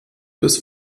bis